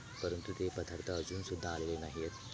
परंतु ते पदार्थ अजून सुद्धा आलेले नाही आहेत